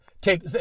take